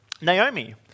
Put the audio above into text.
Naomi